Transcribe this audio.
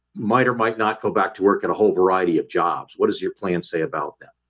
might or might not go back to work at a whole variety of jobs. what does your plan say about that?